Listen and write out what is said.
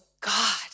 God